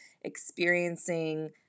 experiencing